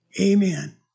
Amen